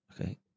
okay